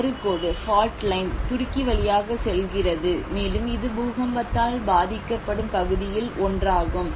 தவறு கோடு துருக்கி வழியாக செல்கிறது மேலும் இது பூகம்பத்தால் பாதிக்கப்படும் பகுதியில் ஒன்றாகும்